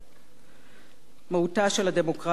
מהותה של הדמוקרטיה היא ריבוי דעות,